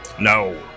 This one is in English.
No